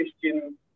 Christian